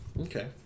Okay